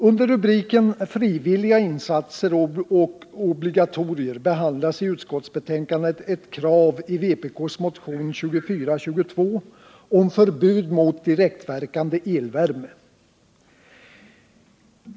Under rubriken Frivilliga insatser och obligatorier behandlas i utskottsbetänkandet ett krav i vpk:s motion 2422 på förbud mot direktverkande elvärme.